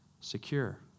secure